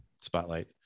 spotlight